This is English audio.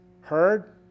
heard